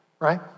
right